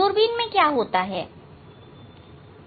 दूरबीन में क्या होता है